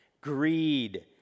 Greed